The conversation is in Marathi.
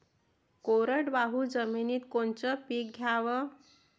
कोरडवाहू जमिनीत कोनचं पीक घ्याव?